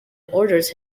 orders